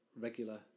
regular